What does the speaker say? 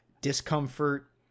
discomfort